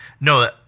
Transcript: No